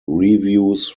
reviews